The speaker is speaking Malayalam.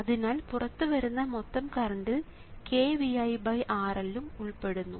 അതിനാൽ പുറത്തുവരുന്ന മൊത്തം കറണ്ടിൽ kViRL ഉം ഉൾപ്പെടുന്നു